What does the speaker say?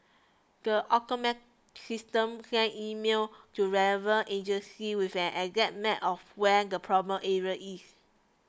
the automate system send email to relevant agency with an exact map of where the problem area is